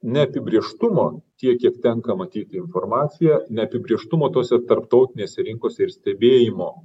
neapibrėžtumo tiek kiek tenka matyt informaciją neapibrėžtumo tose tarptautinėse rinkose ir stebėjimo